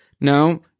No